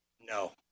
No